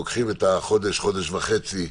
לוקחים את החודש, חודש וחצי,